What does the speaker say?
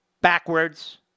backwards